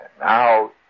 now